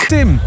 Tim